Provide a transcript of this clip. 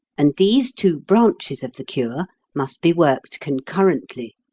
and these two branches of the cure must be worked concurrently.